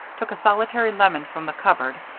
took a solitary lemon from the cupboard,